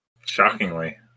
Shockingly